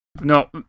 No